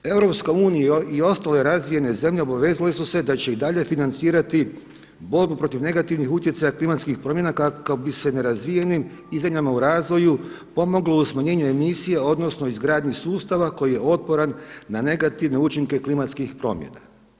Europska unija i ostale razvijene zemlje obavezale su se da će i dalje financirati borbu protiv negativnih utjecaja klimatskih promjena kako bi se nerazvijenim i zemljama u razvoju pomoglo u smanjenju emisija, odnosno izgradnji sustava koji je otporan na negativne učinke klimatskih promjena.